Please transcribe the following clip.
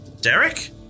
Derek